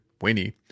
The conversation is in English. Winnie